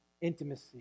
intimacy